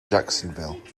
jacksonville